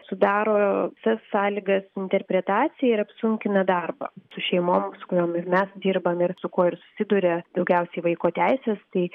sudaro tas sąlygas interpretacijai ir apsunkina darbą su šeimom su kuriom ir mes dirbam ir su kuo ir susiduria daugiausiai vaiko teisės tai